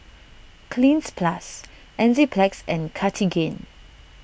Cleanz Plus Enzyplex and Cartigain